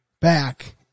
back